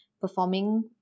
performing